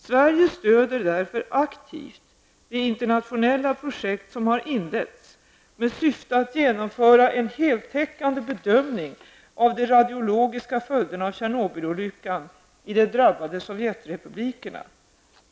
Sverige stöder därför aktivt det internationella projekt som har inletts med syfte att genomföra en heltäckande bedömning av de radiologiska följderna av Tjernobylolyckan i de drabbade sovjetrepublikerna.